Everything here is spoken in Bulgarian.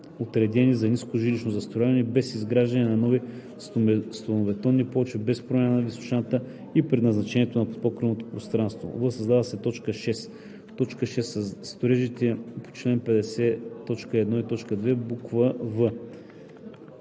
отредени за ниско жилищно застрояване, без изграждане на нови стоманобетонни плочи, без промяна на височината и предназначението на подпокривното пространство;“ в) създава се т. 6: „6. строежите по чл. 50, т.